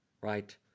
right